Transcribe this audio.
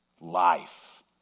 Life